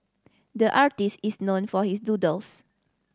the artist is known for his doodles